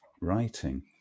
writing